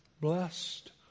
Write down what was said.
blessed